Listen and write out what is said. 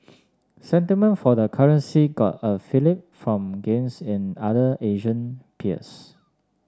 sentiment for the currency got a fillip from gains in other Asian peers